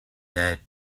there